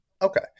Okay